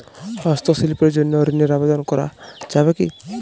হস্তশিল্পের জন্য ঋনের আবেদন করা যাবে কি?